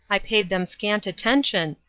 i paid them scant attention,